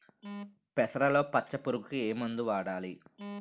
పెసరలో పచ్చ పురుగుకి ఏ మందు వాడాలి?